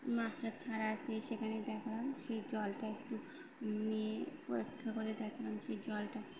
মাছ টাছ ছাড়া আছে সেখানে দেখলাম সেই জলটা একটু নিয়ে পরীক্ষা করে দেখলাম সেই জলটা